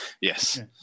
yes